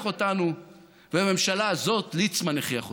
אותנו ובממשלה הזאת ליצמן הכריח אותנו.